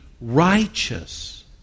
righteous